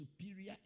superior